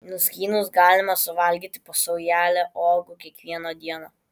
nuskynus galima suvalgyti po saujelę uogų kiekvieną dieną